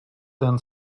then